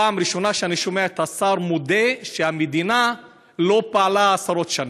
פעם ראשונה שאני שומע את השר מודה שהמדינה לא פעלה עשרות שנים.